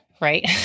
right